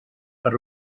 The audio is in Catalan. per